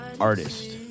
artist